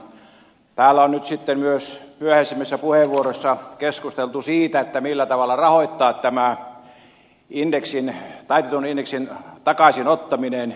täällä on nyt sitten myös myöhäisemmissä puheenvuoroissa keskusteltu siitä millä tavalla rahoittaa tämä taitetun indeksin takaisin ottaminen